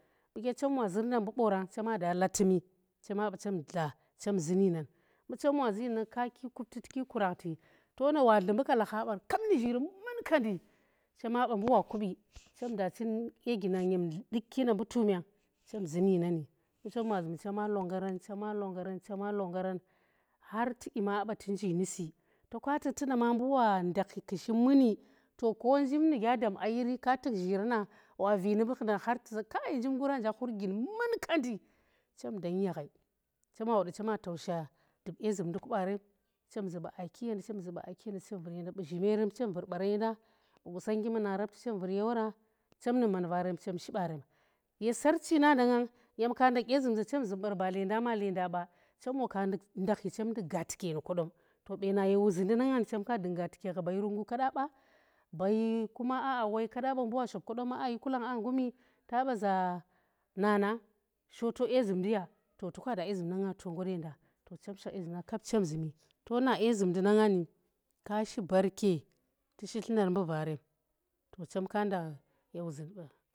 Mbuke chem wa zur nda mbu boora chem ma da latumi chema ba chem ndla chama. da latumi chema ba chem ndla zun yi nani imbu chem wa zun yi nan kaaki kupti tu ki kurakhti. to na wadlimblu katakha bar kap nu zhiri. munkadi, chema be mbu wa kubi chenda chin dye gina. nyemdukki nda mbu tumyang chem zun yinani,. mbu. chem wa zi chema longgaran chema longaran tu dyima a. ba tu yi nusi to ka tuk tunda mambu wa ndakhi ku shi muni. to ko yib nu ge a dam a yiri ka tuk zhirana wa. vo numbu khundan har tu za njim ngura nja khur gini munkaandi, chem. dan yaghai chom wa woda chem wa tausha aa ki ye nda, chem zu 6u aa. ki yenda chem vur yenda, 6u zhimeron chem vur yenda, 6u qusonngi muna. rapti chem vur yewora, chom nu man va ren chen shi 6aren. Ye Sarchi no. na ngan nyem ka ndakh dye zum z achem zum bar ba lenda ma lenda 6a chemwa. kka nduk ndakhi chem nduk gatuker nu kodom to beena ye wuzindi. na nga chem ka dung gatuke nu gha kodum bai rungu ka do ba bai. woi keda ba mbu wa sho kodon, aa yi kulang as ngumi, ta ba za, nana shoto dye zumdi. na nga to ngot ye nda, to chom shkah dye zum ndi na nga nu kaa shi barko tu shi tunar mbu va ren.